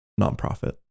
nonprofit